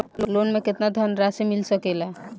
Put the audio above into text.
Loan मे केतना धनराशी मिल सकेला?